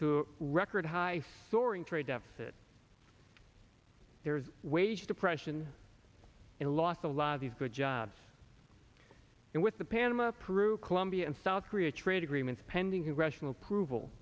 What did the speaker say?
a record high soaring trade deficit there's wage depression and a loss of a lot of these good jobs and with the panama peru colombia and south korea trade agreements pending congressional approval